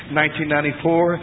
1994